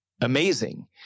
amazing